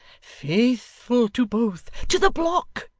faithful to both to the block